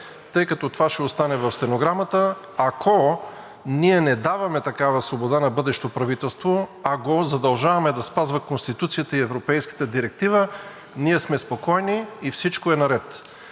Тъй като това ще остане в стенограмата – ако ние не даваме такава свобода на бъдещо правителство, а го задължаваме да спазва Конституцията и Европейската Директива, ние сме спокойни и всичко е наред.